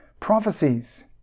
Prophecies